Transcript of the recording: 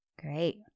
Great